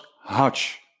Hutch